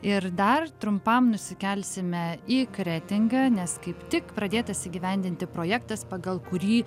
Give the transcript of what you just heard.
ir dar trumpam nusikelsime į kretingą nes kaip tik pradėtas įgyvendinti projektas pagal kurį